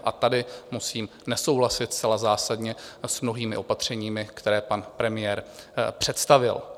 A tady musím nesouhlasit zcela zásadně s mnohými opatřeními, která pan premiér představil.